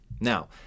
Now